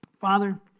father